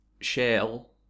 Shell